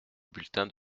bulletin